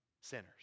sinners